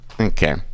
okay